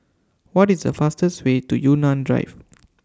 What IS The fastest Way to Yunnan Drive